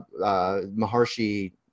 Maharshi